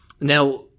Now